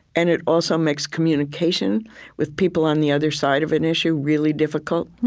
and it also makes communication with people on the other side of an issue really difficult.